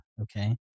Okay